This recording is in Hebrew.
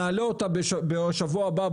נעלה אותה בשבוע הבא,